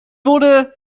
wurde